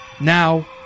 Now